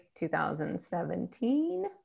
2017